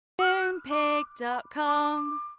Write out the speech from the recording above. Moonpig.com